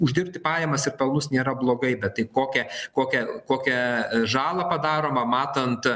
uždirbti pajamas ir pelnus nėra blogai bet tai kokią kokią kokią žalą padaromą matant